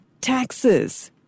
taxes